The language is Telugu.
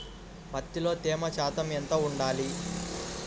పత్తిలో తేమ శాతం ఎంత ఉండాలి?